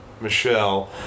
Michelle